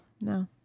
no